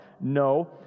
No